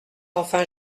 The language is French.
enfin